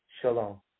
shalom